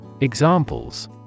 Examples